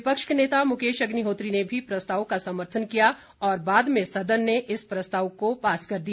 विपक्ष के नेता मुकेश अग्निहोत्री ने भी प्रस्ताव का समर्थन किया और बाद में सदन ने इस प्रस्ताव को पास कर दिया